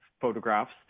photographs